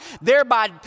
thereby